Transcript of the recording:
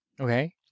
Okay